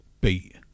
beat